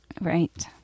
Right